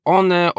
one